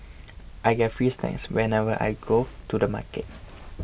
I get free snacks whenever I go to the supermarket